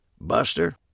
Buster